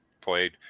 played